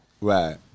Right